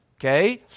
okay